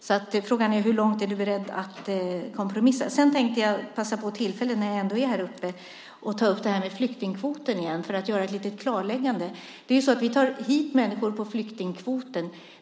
Frågan är hur långt du är beredd att kompromissa. Jag tänkte passa på tillfället att ta upp frågan om flyktingkvoten för att göra ett litet klarläggande. Vi tar hit människor på flyktingkvoten.